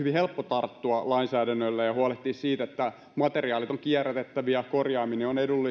tarttua lainsäädännöllä ja huolehtia siitä että materiaalit ovat kierrätettäviä korjaaminen on edullista tällaisista asioista siinä minun mielestäni